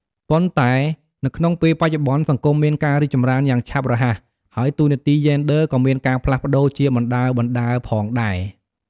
ប៉ុន្តែនៅក្នុងពេលបច្ចុប្បន្នសង្គមមានការរីកចម្រើនយ៉ាងឆាប់រហ័ស ហើយតួនាទីយេនឌ័រ ក៏មានការ ផ្លាស់ប្តូរ ជាបណ្តើរៗផងដែរ។